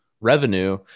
revenue